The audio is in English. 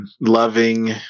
loving